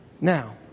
Now